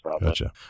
Gotcha